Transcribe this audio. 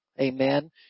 amen